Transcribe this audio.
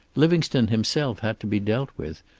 livingstone himself had to be dealt with,